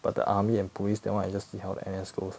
but the army and police that [one] I just see how the N_S goes